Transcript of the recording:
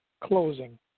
closing